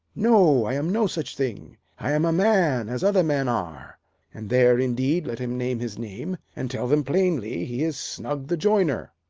no, i am no such thing i am a man as other men are and there, indeed, let him name his name, and tell them plainly he is snug the joiner.